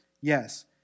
yes